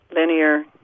linear